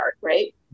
right